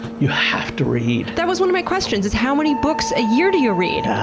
you have to read. that was one of my questions, is how many books a year do you read?